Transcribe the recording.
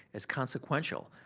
as consequential,